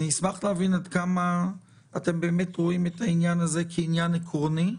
אשמח להבין עד כמה אתם רואים את העניין הזה כעניין עקרוני?